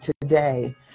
today